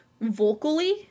vocally